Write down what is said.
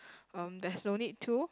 um there's no need to